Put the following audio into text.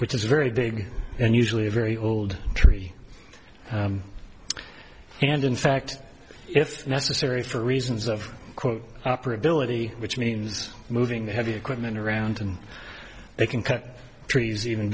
which is very big and usually a very old tree and in fact if necessary for reasons of quote operability which means moving heavy equipment around and they can cut trees even